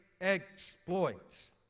exploits